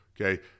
Okay